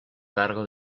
cargo